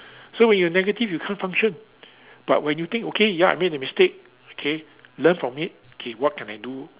so when you negative you can't function but when you think okay ya I make the mistake okay learn from it okay what can I do